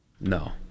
No